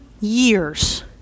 years